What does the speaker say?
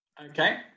okay